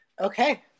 Okay